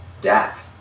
Death